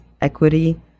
equity